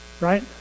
Right